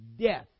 death